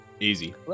Easy